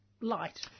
light